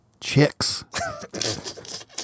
chicks